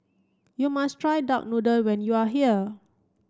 you must try duck noodle when you are here